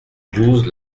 douze